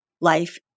life